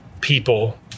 people